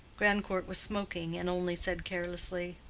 grandcourt was smoking, and only said carelessly,